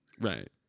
right